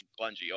bungee